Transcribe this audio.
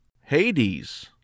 Hades